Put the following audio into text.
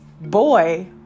boy